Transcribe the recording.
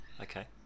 Okay